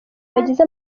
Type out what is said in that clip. bagize